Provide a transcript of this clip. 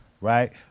right